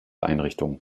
einrichtung